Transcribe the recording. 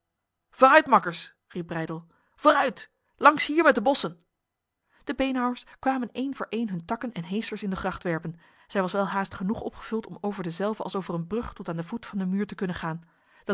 vooruit makkers riep breydel vooruit langs hier met de bossen de beenhouwers kwamen een voor een hun takken en heesters in de gracht werpen zij was welhaast genoeg opgevuld om over dezelve als over een brug tot aan de voet van de muur te kunnen gaan